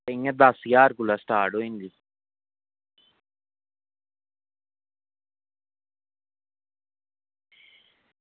इ'यां दस ज्हार कोला स्टार्ट होई जंदी